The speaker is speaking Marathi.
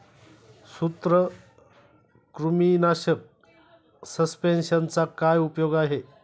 सूत्रकृमीनाशक सस्पेंशनचा काय उपयोग आहे?